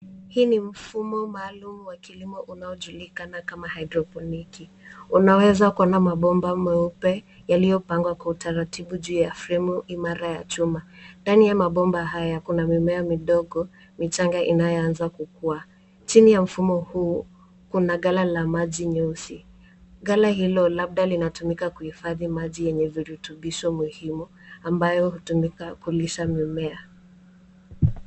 Hii ni mfumo maalum ya kilimo unaojulikana kama haidroponiki. Unaweza kuona mabomba meupe yaliyopangwa kwa utaratibu juu ya fremu imara ya chuma. Ndani ya mabomba haya kuna mimea midogo michangaa inayoanza kukua. Chini ya mfumo huu kuna ghala la maji nyeusi. Ghala hilo labda linatumika kuhifadhi maji yenye virutubisho muhimu ambayo hutumika kulisha mimea.